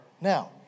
Now